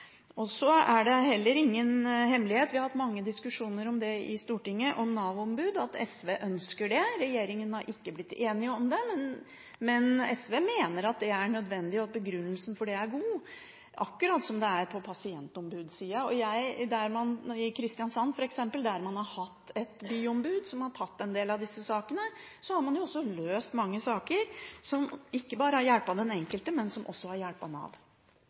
merknader. Så er det heller ingen hemmelighet – og vi har hatt mange diskusjoner om det i Stortinget – at SV ønsker Nav-ombud. Regjeringen har ikke blitt enig om det, men SV mener at det er nødvendig, og at begrunnelsen for det er god, akkurat som det er på pasientombudssiden. For eksempel i Kristiansand, der man har hatt et byombud som har tatt en del av disse sakene, har man jo løst mange saker som ikke bare har hjulpet den enkelte, men som også har hjulpet Nav.